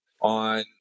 on